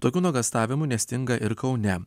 tokių nuogąstavimų nestinga ir kaune